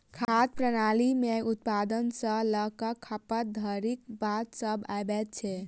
खाद्य प्रणाली मे उत्पादन सॅ ल क खपत धरिक बात सभ अबैत छै